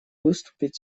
выступить